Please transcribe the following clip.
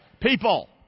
people